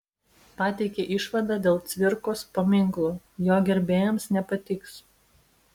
pateikė išvadą dėl cvirkos paminklo jo gerbėjams nepatiks